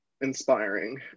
inspiring